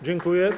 Dziękuję.